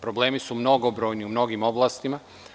Problemi su mnogobrojni u mnogim oblastima.